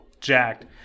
jacked